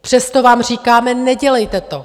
Přesto vám říkáme: Nedělejte to.